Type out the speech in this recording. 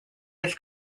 his